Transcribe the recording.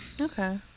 Okay